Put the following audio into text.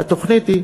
והתוכנית היא